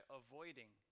avoiding